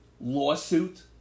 lawsuit